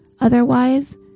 Otherwise